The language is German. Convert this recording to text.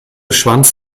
schwanz